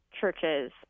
churches